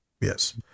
Yes